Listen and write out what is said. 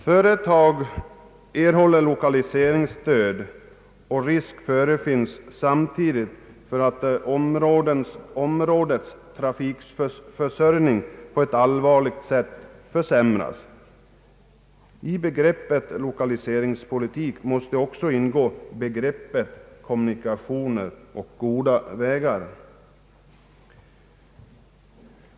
Företag erhåller lokaliseringsstöd, och risk förefinns samtidigt för att områdets trafikförsörjning på ett allvarligt sätt försämras. I begreppet lokaliseringspolitik måste också ingå kommunikationer och goda vägar.